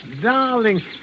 darling